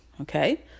okay